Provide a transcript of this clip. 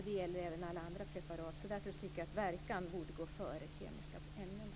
Det gäller även alla andra preparat. Därför tycker jag att verkan borde gå före kemiska ämnen.